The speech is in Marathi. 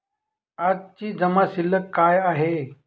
आजची जमा शिल्लक काय आहे?